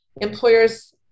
employers